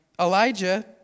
Elijah